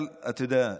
אבל אתה יודע,